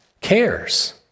cares